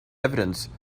evidence